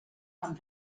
amb